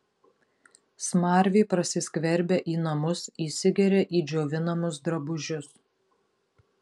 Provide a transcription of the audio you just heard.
smarvė prasiskverbia į namus įsigeria į džiovinamus drabužius